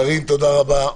קארין, תודה רבה.